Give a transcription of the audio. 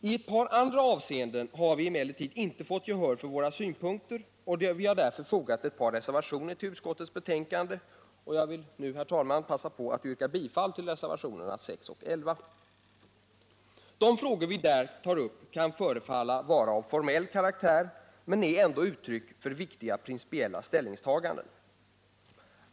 I ett par andra avseenden har vi emellertid inte fått gehör för våra synpunkter. Vi har därför fogat ett par reservationer till utskottets betänkande, och jag vill nu, herr talman, passa på att yrka bifall till dessa reservationer, nr 6 och 11. De frågor vi där tar upp kan förefalla vara av formell karaktär men är ändå uttryck för viktiga principiella ställningstaganden.